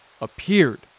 appeared